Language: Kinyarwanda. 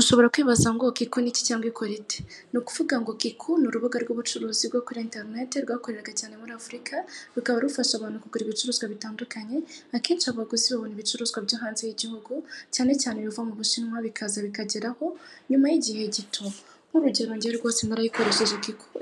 Ushobora kwibaza ngo Kikuu ni iki cyangwa ikora ite? Ni ukuvuga ngo Kikuu ni urubuga rw'ubucuruzi bwo kuri interinete rwakoreraga cyane muri Afurika, rukaba rufasha abantu kugura ibicuruzwa bitandukanye, akenshi abaguzi babona ibicuruzwa byo hanze y'igihugu cyane cyane ibiva mu bushinwa bikaza bikageraho nyuma y'igihe gito nk'urugero nge rwose narayikoresheje